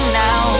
now